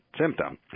symptom